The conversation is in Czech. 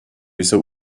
jsou